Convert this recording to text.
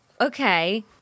Okay